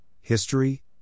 history